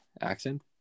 accent